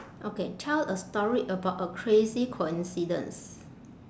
okay tell a story about a crazy coincidence